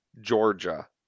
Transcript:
Georgia